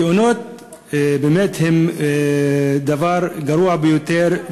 התאונות הן דבר גרוע ביותר,